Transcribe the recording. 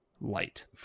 light